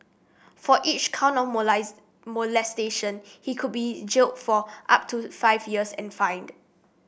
for each count of molestation he could be jailed for up to five years and fined